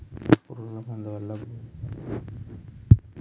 పురుగుల మందు వల్ల భూమి పాడవుతుంది